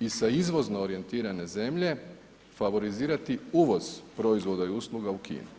i sa izvozno orijentirane zemlje favorizirati uvoz proizvoda i usluga u Kinu.